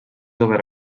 obert